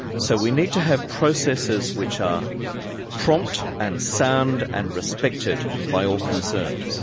so we need to have processes which are prompt and sound and respected by all concerned.